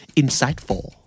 insightful